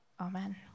Amen